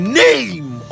name